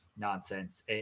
nonsense